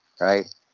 right